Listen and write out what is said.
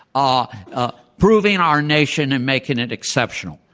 ah ah proving our nation and making it exceptional.